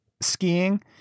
skiing